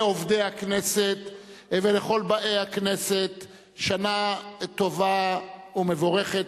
לעובדי הכנסת ולכל באי הכנסת שנה טובה ומבורכת,